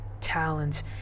talents